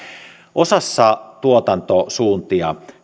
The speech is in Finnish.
osaan tuotantosuuntia